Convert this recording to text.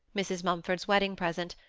mrs. mumford's wedding present,